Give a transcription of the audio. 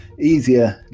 easier